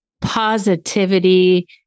positivity